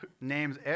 names